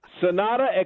Sonata